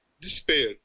despair